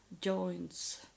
joints